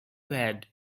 lad